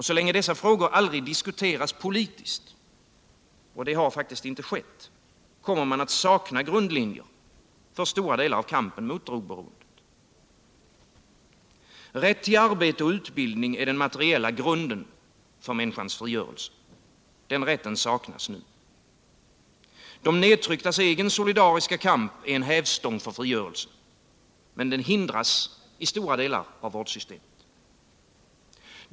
Så länge dessa frågor aldrig diskuteras politiskt — och det har faktiskt inte skett — kommer man att sakna grundlinjer för stora delar av kampen mot drogberoendet. Rätt till arbete och utbildning är den materiella grunden för människans frigörelse. Den rätten saknas nu. De nedtrycktas egen solidariska kamp är en hävstång för frigörelsen. Men den hindras i stora delar av vårdsystemet.